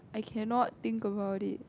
I cannot think about it